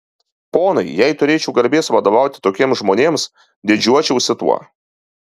ponai jei turėčiau garbės vadovauti tokiems žmonėms didžiuočiausi tuo